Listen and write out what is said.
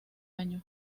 año